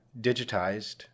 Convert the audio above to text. digitized